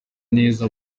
neza